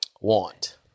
Want